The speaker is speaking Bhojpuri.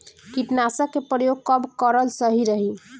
कीटनाशक के प्रयोग कब कराल सही रही?